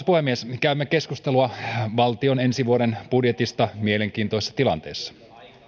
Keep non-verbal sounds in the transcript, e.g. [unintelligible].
[unintelligible] puhemies käymme keskustelua valtion ensi vuoden budjetista mielenkiintoisessa tilanteessa